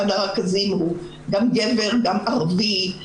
אחד הרכזים הוא גם גבר וגם ערבי.